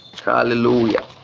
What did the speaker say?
hallelujah